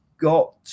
got